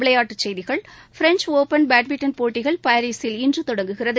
விளையாட்டுச் செய்திகள் French open badminton போட்டிகள் பாரீசில் இன்று தொடங்குகிறது